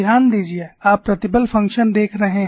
ध्यान दीजिये आप प्रतिबल फ़ंक्शन देख रहे हैं